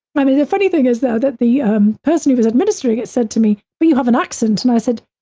i mean, the funny thing is, though, that the um person who was administering it said to me, but you have an accent, and i said,